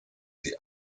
die